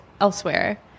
elsewhere